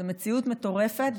זו מציאות מטורפת.